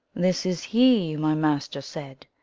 this is he, my master said,